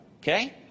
Okay